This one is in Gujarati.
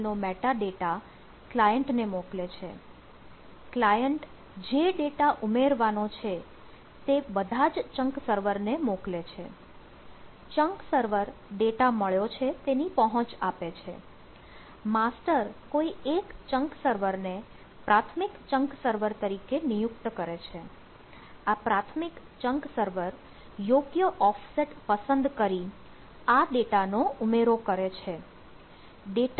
આમ રીડ સર્વર યોગ્ય ઓફસેટ પસંદ કરી આ ડેટાનો ઉમેરો કરે છે